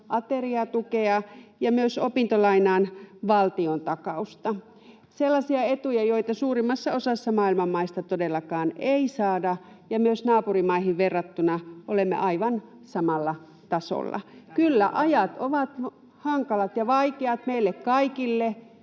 ateriatukea ja myös opintolainan valtiontakausta — sellaisia etuja, joita suurimmassa osassa maailman maista todellakaan ei saada, ja naapurimaihin verrattuna olemme aivan samalla tasolla. Kyllä, ajat ovat hankalat ja vaikeat meille kaikille.